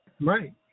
Right